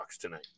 tonight